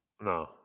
No